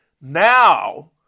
Now